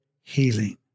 healing